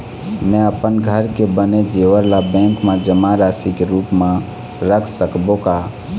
म अपन घर के बने जेवर ला बैंक म जमा राशि के रूप म रख सकबो का?